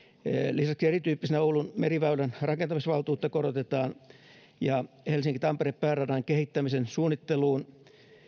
lisäksi oulun meriväylän rakentamisvaltuutta korotetaan ja helsinki tampere pääradan kehittämisen suunnitteluun